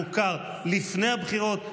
לא היה מוכר לפני הבחירות,